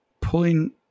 pulling